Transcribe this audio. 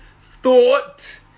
thought